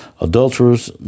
adulterers